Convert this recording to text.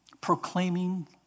proclaiming